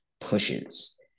pushes